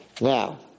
Now